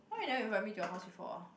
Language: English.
why you never invite me to your house before ah